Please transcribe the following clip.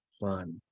fun